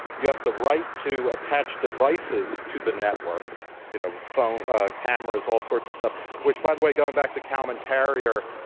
you have the right to attach devices to the network you know, phone cameras, all sorts of stuff which, by the way, going back to common carrier,